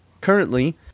currently